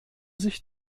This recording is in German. sich